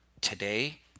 today